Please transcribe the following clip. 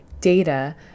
data